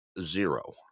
zero